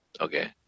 Okay